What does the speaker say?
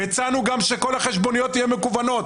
הצענו גם שכל החשבוניות יהיו מקוונות.